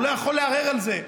הוא לא יכול לערער על זה.